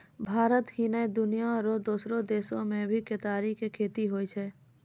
भारत ही नै, दुनिया रो दोसरो देसो मॅ भी केतारी के खेती होय छै